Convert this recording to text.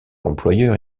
employeur